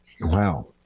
wow